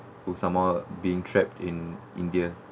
who somehow being trapped in india